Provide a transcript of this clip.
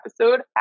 episode